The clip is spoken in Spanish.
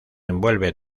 envuelve